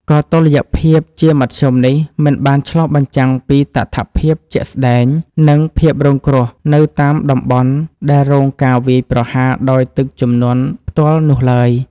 ក៏តុល្យភាពជាមធ្យមនេះមិនបានឆ្លុះបញ្ចាំងពីតថភាពជាក់ស្តែង និងភាពរងគ្រោះនៅតាមតំបន់ដែលរងការវាយប្រហារដោយទឹកជំនន់ផ្ទាល់នោះឡើយ។